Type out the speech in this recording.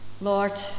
Lord